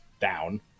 down